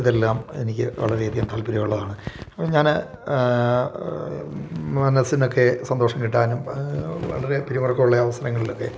ഇതെല്ലാം എനിക്ക് വളരെ അധികം താല്പര്യമുള്ളതാണ് അപ്പം ഞാൻ മനസ്സിനൊക്കെ സന്തോഷം കിട്ടാനും വളരെ പിരുമുറുക്കമുള്ള അവസരങ്ങളിൽ ഒക്കെ